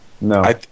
No